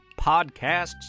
podcasts